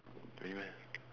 really meh